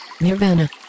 Nirvana